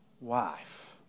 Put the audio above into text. wife